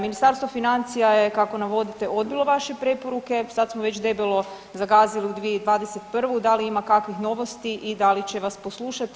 Ministarstvo financija je, kako navodite odbilo vaše preporuke, sad smo već debelo zagazili u 2021., da li ima kakvih novosti i da li će vas poslušati?